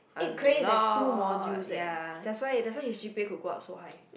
eight credits is like two modules leh that why that why she g_p_a can go up so high